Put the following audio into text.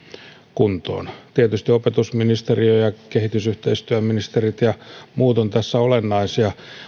kuntoon tietysti opetusministeriö ja kehitysyhteistyöministerit ja muut ovat tässä olennaisia